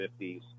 50s